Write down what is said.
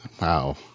Wow